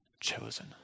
chosen